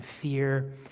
fear